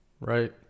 Right